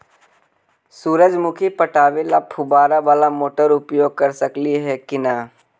सुरजमुखी पटावे ल फुबारा बाला मोटर उपयोग कर सकली हे की न?